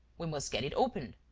we must get it opened.